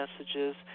messages